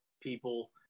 people